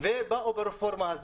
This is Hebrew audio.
הם פתחו בקמפיין שלילי